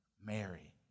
Mary